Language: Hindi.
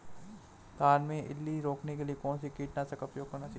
धान में इल्ली रोकने के लिए कौनसे कीटनाशक का प्रयोग करना चाहिए?